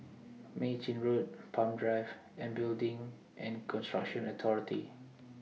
Mei Chin Road Palm Drive and Building and Construction Authority